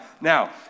Now